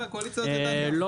אני לא